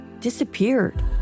disappeared